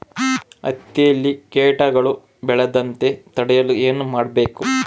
ಹತ್ತಿಯಲ್ಲಿ ಕೇಟಗಳು ಬೇಳದಂತೆ ತಡೆಯಲು ಏನು ಮಾಡಬೇಕು?